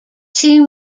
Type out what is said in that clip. two